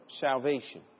salvation